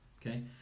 okay